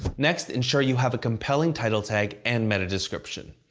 next, ensure you have a compelling title tag and meta description.